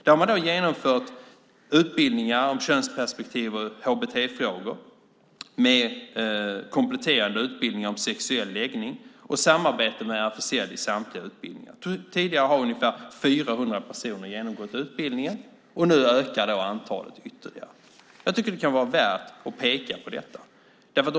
Man har genomfört utbildningar om könsperspektiv och hbt-frågor med kompletterande utbildning om sexuell läggning och samarbete med RFSL i samtliga utbildningar. Tidigare har ungefär 400 personer genomgått utbildningen, och nu ökar antalet ytterligare. Jag tycker att det kan vara värt att peka på detta.